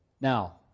Now